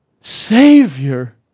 Savior